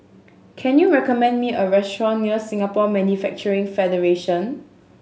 can you recommend me a restaurant near Singapore Manufacturing Federation